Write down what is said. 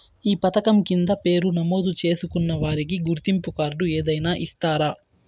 ఈ పథకం కింద పేరు నమోదు చేసుకున్న వారికి గుర్తింపు కార్డు ఏదైనా ఇస్తారా?